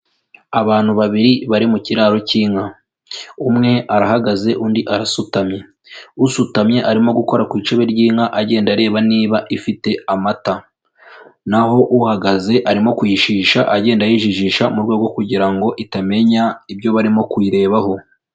Abantu babiri bari mu kiraro cy'inka. Umwe arahagaze undi arasutamye. Usutamye arimo gukora ku icebe ry'inka agenda areba niba ifite amata. Naho uhagaze arimo kuyishisha agenda ayijijisha mu rwego rwo kugira ngo itamenya ibyo barimo kuyirebaho.